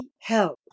help